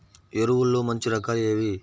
ఎరువుల్లో మంచి రకాలు ఏవి?